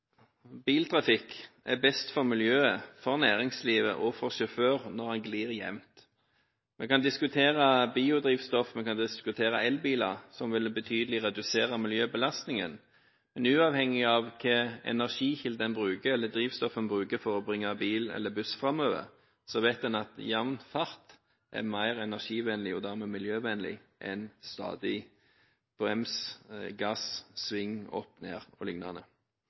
Biltrafikk er best for miljøet, for næringslivet og for sjåføren når den glir jevnt. Vi kan diskutere biodrivstoff, og vi kan diskutere elbiler, som vil redusere miljøbelastningen betydelig, men uavhengig av hvilke energikilder en bruker, eller hvilket drivstoff en bruker for å bringe bil eller buss framover, vet en at jevn fart er mer energivennlig og dermed mer miljøvennlig enn stadig brems, gass, sving, opp, ned